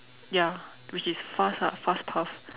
ya which is fast ah fast path